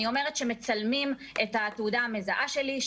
אני אומרת שמצלמים את התעודה המזהה שלי,